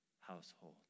household